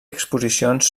exposicions